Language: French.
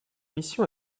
mission